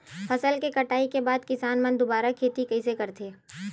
फसल के कटाई के बाद किसान मन दुबारा खेती कइसे करथे?